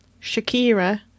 Shakira